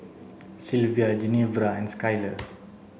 Silvia Genevra and Skyler